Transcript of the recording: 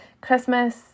Christmas